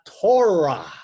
Torah